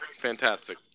Fantastic